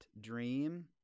dream